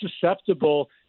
susceptible